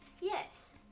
Yes